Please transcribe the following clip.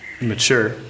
mature